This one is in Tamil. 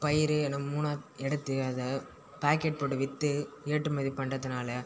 பயிரு என மூணாக எடுத்து அதை பாக்கெட் போட்டு விற்று ஏற்றுமதி பண்ணுறதுனால